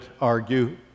argue